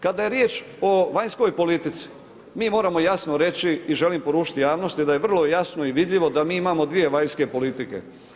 Kada je riječ o vanjskoj politici, mi moramo jasno reći i želim poručiti javnosti da je vrlo jasno i vidljivo da mi imamo dvije vanjske politike.